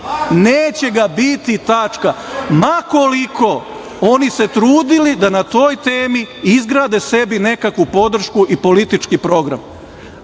Neće ga biti. Tačka. Ma koliko oni se trudili da na toj temi izgrade sebi nekakvu podršku i politički program. Ako